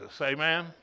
Amen